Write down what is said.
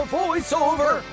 voiceover